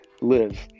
live